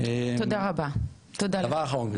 תודה רבה, תודה לך.